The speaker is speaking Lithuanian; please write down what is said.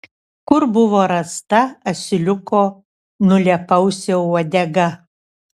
kur buvo rasta asiliuko nulėpausio uodega